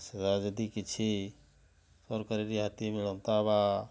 ଯଦି କିଛି ସରକାର ରିହାତି ମିଳନ୍ତା ବା